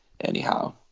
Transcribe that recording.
Anyhow